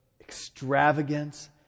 extravagance